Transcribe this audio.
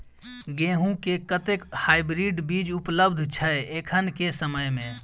गेंहूँ केँ कतेक हाइब्रिड बीज उपलब्ध छै एखन केँ समय मे?